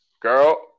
girl